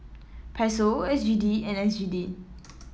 Peso S G D and S G D